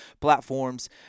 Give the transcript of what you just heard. platforms